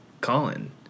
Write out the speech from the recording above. colin